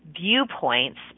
viewpoints